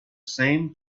same